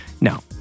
No